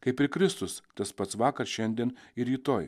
kaip ir kristus tas pats vakar šiandien ir rytoj